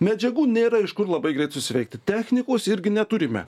medžiagų nėra iš kur labai greit susiveikti technikos irgi neturime